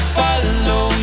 follow